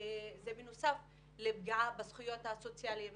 בנוסף לפגיעה בזכויות הסוציאליות